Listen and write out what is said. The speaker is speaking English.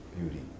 beauty